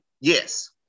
Yes